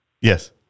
Yes